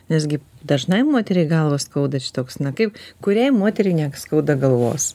nes gi dažnai moteriai galvą skauda šitoks na kaip kuriai moteriai neskauda galvos